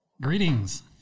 Greetings